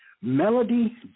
Melody